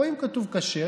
רואים שכתוב "כשר",